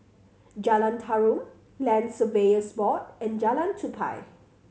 Jalan Tarum Land Surveyors Board and Jalan Tupai